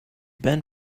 been